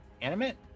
animate